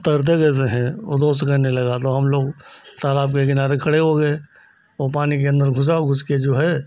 तैरते कैसे हैं वह दोस्त कहने लगा तो हम लोग तालाब के किनारे खड़े हो गए वह पानी के अंदर घुसा और घुस कर जो है